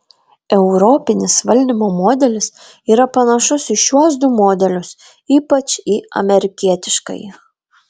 europinis valdymo modelis yra panašus į šiuos du modelius ypač į amerikietiškąjį